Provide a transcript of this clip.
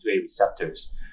receptors